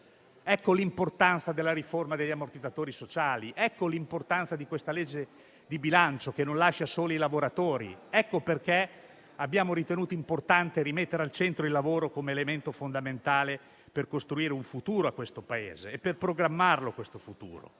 Ecco l'importanza della riforma degli ammortizzatori sociali e l'importanza di questa legge di bilancio che non lascia soli i lavoratori; ecco perché abbiamo ritenuto importante rimettere al centro il lavoro come elemento fondamentale per costruire un futuro a questo Paese e per programmarlo questo futuro.